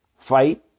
Fight